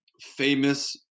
famous